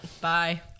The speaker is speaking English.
Bye